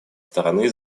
стороны